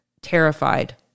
terrified